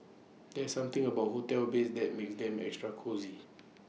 there's something about hotel beds that makes them extra cosy